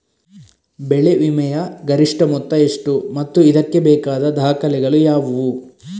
ಬೆಳೆ ವಿಮೆಯ ಗರಿಷ್ಠ ಮೊತ್ತ ಎಷ್ಟು ಮತ್ತು ಇದಕ್ಕೆ ಬೇಕಾದ ದಾಖಲೆಗಳು ಯಾವುವು?